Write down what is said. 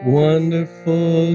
wonderful